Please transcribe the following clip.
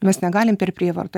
mes negalim per prievartą